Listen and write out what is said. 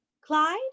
Clyde